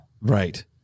Right